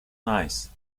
nice